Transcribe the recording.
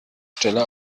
stelle